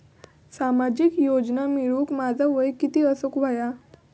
सामाजिक योजना मिळवूक माझा वय किती असूक व्हया?